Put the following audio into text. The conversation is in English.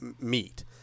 meet